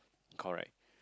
correct